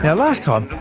yeah last time,